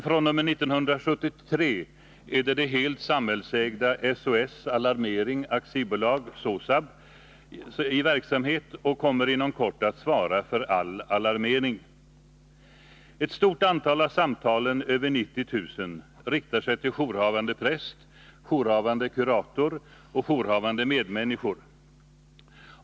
fr.o.m. 1973 är emellertid det helt samhällsägda Alarmeringsbolaget i verksamhet och kommer inom kort att svara för all alarmering. Ett stort antal av samtalen över 90 000 riktar sig till jourhavande präst, jourhavande kurator och jourhavande medmänniska.